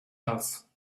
else